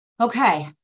Okay